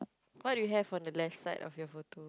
what do you have on the left side of your photo